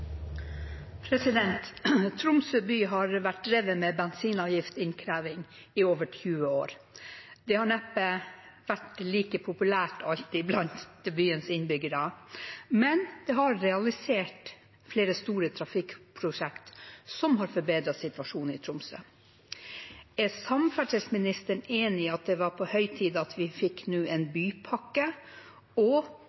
Tromsø by har vært drevet med bensinavgiftinnkreving i over 20 år. Det har neppe alltid vært like populært blant byens innbyggere, men det har realisert flere store trafikkprosjekter som har forbedret situasjonen i Tromsø. Er samferdselsministeren enig i at det var på høy tid at vi nå fikk en